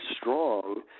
strong